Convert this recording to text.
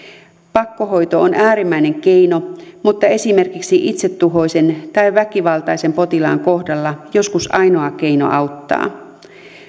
pakkohoito on äärimmäinen keino mutta esimerkiksi itsetuhoisen tai väkivaltaisen potilaan kohdalla joskus ainoa keino auttaa